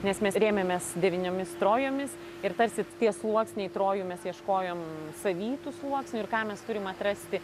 nes mes rėmėmės devyniomis trojomis ir tarsi tie sluoksniai trojų mes ieškojom savy tų sluoksnių ir ką mes turim atrasti